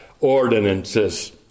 ordinances